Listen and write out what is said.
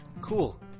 Cool